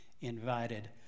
invited